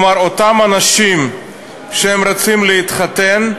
כלומר, אותם אנשים, כשהם רוצים להתחתן,